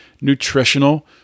nutritional